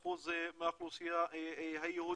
81% מהאוכלוסייה היהודית.